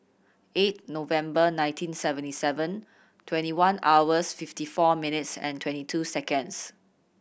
eight November nineteen seventy seven twenty one hours fifty four minutes and twenty two seconds